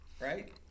right